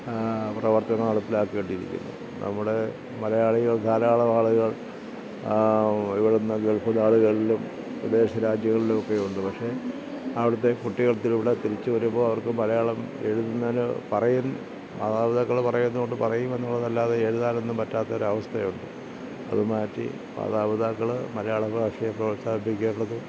പ്രവർത്തനം നടപ്പിലാക്കേണ്ടിയിരിക്കുന്നു നമ്മുടെ മലയാളികൾ ധാരാളമാളുകൾ ഇവിടുന്ന് ഗൾഫ് നാടുകളിലും വിദേശ രാജ്യങ്ങളിലുമൊക്കെയുണ്ട് പക്ഷേ അവിടുത്തെ കുട്ടികൾക്ക് ഇവിടെ തിരിച്ച് വരുമ്പോൾ അവർക്ക് മലയാളം എഴുതുന്നതിന് പറയുന്ന മാതാപിതാക്കൾ പറയുന്നതുകൊണ്ട് പറയുമെന്നുള്ളതല്ലാതെ എഴുതാനൊന്നും പറ്റാത്ത ഒരു അവസ്ഥയുണ്ട് അത് മാറ്റി മാതാപിതാക്കൾ മലയാള ഭാഷയെ പ്രോത്സാഹിപ്പിക്കേണ്ടതും